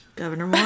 Governor